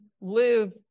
live